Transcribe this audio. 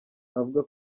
avuga